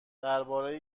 درباره